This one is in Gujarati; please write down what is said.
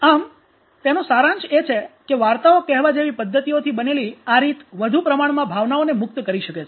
આમ તેનો સારાંશ એ છે કે વાર્તાઓ કહેવા જેવી પદ્ધતિઓથી બનેલી આ રીત વધુ પ્રમાણમાં ભાવનાઓને મુક્ત કરી શકે છે